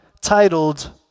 titled